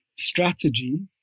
Strategy